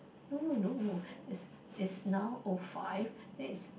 no no no no is now O five then is